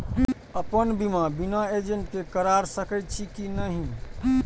अपन बीमा बिना एजेंट के करार सकेछी कि नहिं?